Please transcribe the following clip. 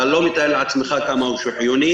אתה לא מתאר לעצמך כמה הוא חיוני.